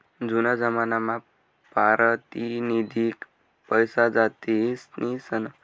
जूना जमानामा पारतिनिधिक पैसाजास्ती चलनमा नयी व्हता